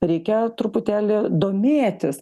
reikia truputėlį domėtis